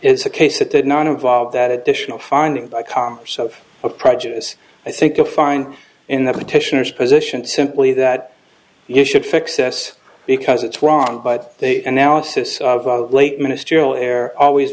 it's a case that did not involve that additional finding by congress of a prejudice i think you'll find in the petitioners position simply that you should fix this because it's wrong but they analysis of late ministerial air always